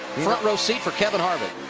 front row seat for kevin harvick.